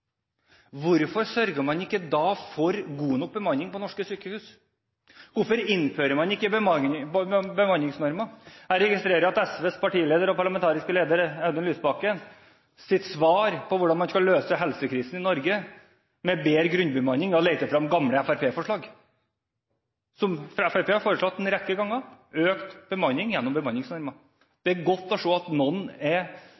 Hvorfor sørger man ikke for god nok bemanning på norske sykehus? Hvorfor innfører man ikke bemanningsnormer? Jeg registrerer at svaret til SVs partileder og parlamentariske leder, Audun Lysbakken, på hvordan man skal løse helsekrisen i Norge, er å bedre grunnbemanningen. Han har lett frem gamle fremskrittspartiforslag, som Fremskrittspartiet har fremmet mange ganger, om økt bemanning gjennom bemanningsnormer. Det er